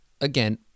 again